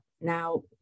Now